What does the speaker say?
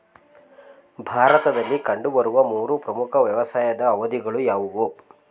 ಭಾರತದಲ್ಲಿ ಕಂಡುಬರುವ ಮೂರು ಪ್ರಮುಖ ವ್ಯವಸಾಯದ ಅವಧಿಗಳು ಯಾವುವು?